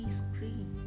screen